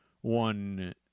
one